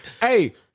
Hey